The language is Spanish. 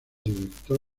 director